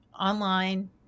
online